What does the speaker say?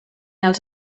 els